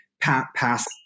pass